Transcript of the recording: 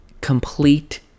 complete